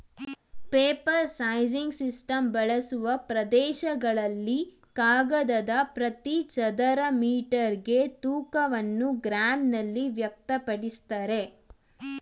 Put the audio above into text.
paper sizing system ಬಳಸುವ ಪ್ರದೇಶಗಳಲ್ಲಿ ಕಾಗದದ ಪ್ರತಿ ಚದರ ಮೀಟರ್ಗೆ ತೂಕವನ್ನು ಗ್ರಾಂನಲ್ಲಿ ವ್ಯಕ್ತಪಡಿಸ್ತಾರೆ